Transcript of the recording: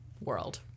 world